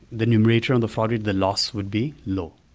the numerator on the fraud rate, the loss would be low.